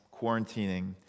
quarantining